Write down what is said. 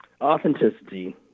Authenticity